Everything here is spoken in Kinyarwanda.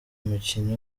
umukinnyi